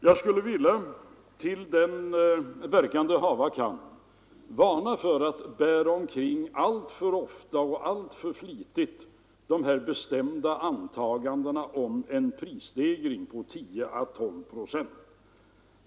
Jag skulle, till den verkan det hava kan, vilja varna för att alltför ofta och alltför flitigt bära omkring de här bestämda antagandena om en prisstegring på 10 å 12 procent.